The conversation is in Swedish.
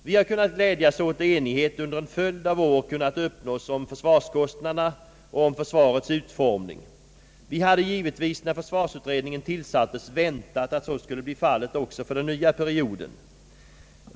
Vi har kunnat glädjas åt att enighet under en följd av år kunnat uppnås om försvarskostnaderna och om försvarets utformning. Vi hade givetvis när försvarsutredningen tillsattes väntat att så skulle bli fallet också för den nya perioden.